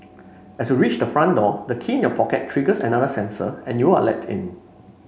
as you reach the front door the key in your pocket triggers another sensor and you are let in